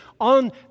on